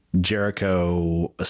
Jericho